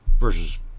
versus